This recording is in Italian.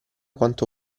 quanto